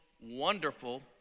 wonderful